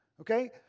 okay